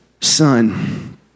son